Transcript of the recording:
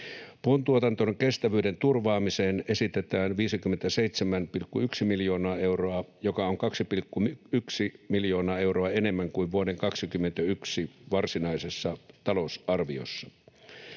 Puuntuotannon kestävyyden turvaamiseen esitetään 57,1 miljoonaa euroa, joka on 2,1 miljoonaa euroa enemmän kuin vuoden 21 varsinaisessa talousarviossa.